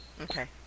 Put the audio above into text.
Okay